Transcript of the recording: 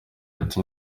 ati